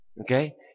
Okay